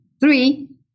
three